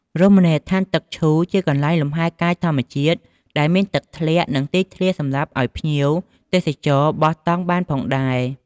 រមណីយដ្ឋានទឹកឈូ ជាកន្លែងលំហែកាយធម្មជាតិដែលមានទឹកធ្លាក់ និងទីធ្លាសម្រាប់អោយភ្ញៀវទេចរបោះតង់បានផងដែរ។